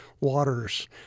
waters